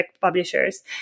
publishers